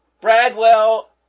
Bradwell